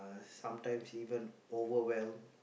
sometimes even overwhelmed